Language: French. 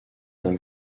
d’un